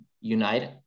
unite